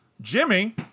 jimmy